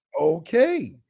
Okay